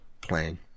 playing